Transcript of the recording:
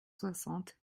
soixante